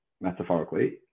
metaphorically